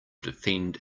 defend